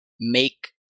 make